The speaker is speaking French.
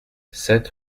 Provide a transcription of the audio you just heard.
sept